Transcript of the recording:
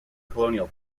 colonial